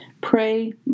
Pray